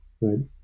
right